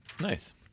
Nice